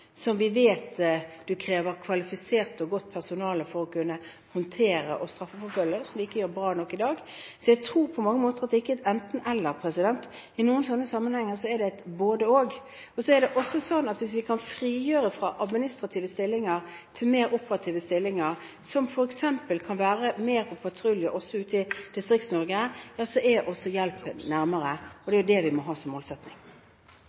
som vi vet krever kvalifisert og godt personale for å kunne håndtere og straffeforfølge, som vi ikke gjør bra nok i dag. Jeg tror at det på mange måter ikke er enten–eller, i noen sånne sammenhenger er det både–og. Det er også sånn at hvis vi kan frigjøre administrative stillinger til mer operative stillinger, som f.eks. kan være mer på patrulje også ute i Distrikts-Norge, ja så er hjelpen nærmere, og